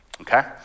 Okay